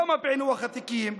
למה פיענוח התיקים?